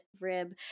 rib